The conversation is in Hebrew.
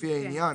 לפי העניין,"